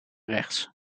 rechts